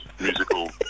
Musical